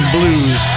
Blues